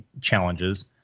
challenges